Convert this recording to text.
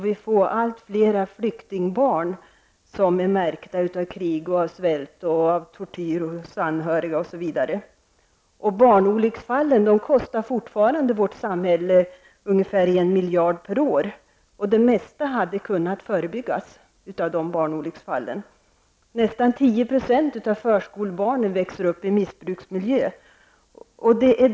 Vi får allt flera flyktingbarn som är märkta av krig och svält och av att deras anhöriga har torterats. Barnolycksfallen kostar fortfarande samhället ungefär 1 miljard per år. De flesta av dessa barnolycksfall skulle kunna förebyggas. Nästan 10 % av förskolebarnen växer upp i missbruksmiljö.